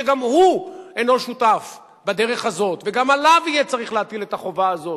שגם הוא אינו שותף בדרך הזאת וגם עליו יהיה צריך להטיל את החובה הזאת,